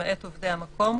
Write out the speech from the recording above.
למעט עובדי המקום,